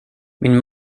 min